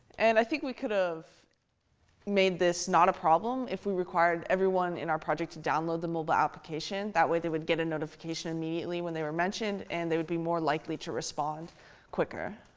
and i think we could of made this not a problem, if we required everyone in our project to download the mobile application. that way, they would get a notification immediately when they were mentioned. and they would be more likely to respond quicker.